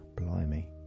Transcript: Blimey